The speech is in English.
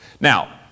Now